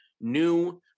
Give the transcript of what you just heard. new